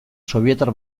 sobietar